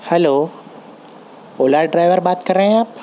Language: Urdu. ہلو اولا ڈرائیور بات کر رہے ہیں آپ